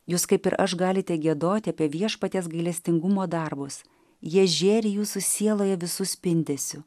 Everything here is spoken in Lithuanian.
jūs kaip ir aš galite giedoti apie viešpaties gailestingumo darbus jie žėri jūsų sieloje visu spindesiu